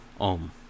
Om